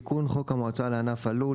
תיקון חוק המועצה לענף הלול,